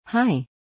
Hi